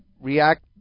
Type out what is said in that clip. react